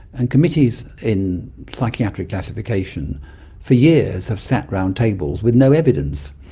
and committees in psychiatric classification for years have sat around tables with no evidence.